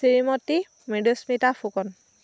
Shrimati Mridusmita Phukan